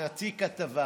חצי כתבה,